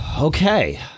Okay